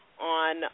on